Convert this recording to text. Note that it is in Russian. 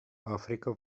африка